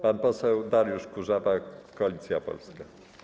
Pan poseł Dariusz Kurzawa, Koalicja Polska.